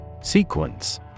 Sequence